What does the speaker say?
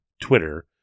Twitter